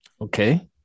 Okay